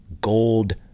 gold